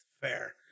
fair